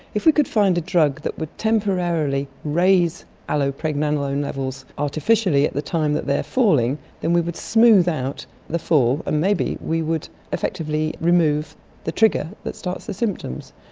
if we could find a drug that would temporarily raise allopregnanolone levels artificially at the time that they're falling then we would smooth out the fall and maybe we would effectively remove the trigger that starts the symptoms.